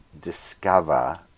discover